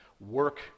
work